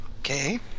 okay